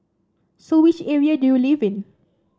so which area do you live in